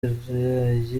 ibirayi